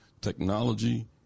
technology